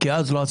נשמע